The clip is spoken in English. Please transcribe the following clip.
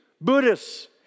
Buddhists